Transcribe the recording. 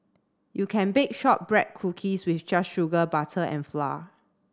you can bake shortbread cookies with just sugar butter and flour